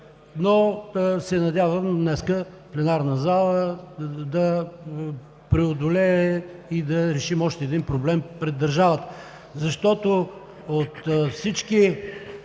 но се надявам днес пленарната зала да преодолее и да решим още един проблем пред държавата, защото от всички